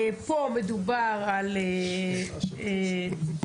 פה מדובר על תשע.